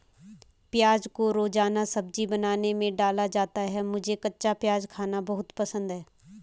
प्याज को रोजाना सब्जी बनाने में डाला जाता है मुझे कच्चा प्याज खाना बहुत पसंद है